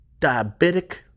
diabetic